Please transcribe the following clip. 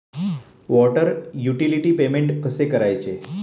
Water utility payment कसे करायचे?